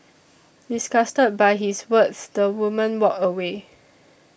disgusted by his words the woman walked away